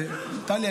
טלי,